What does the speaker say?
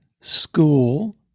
School